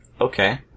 Okay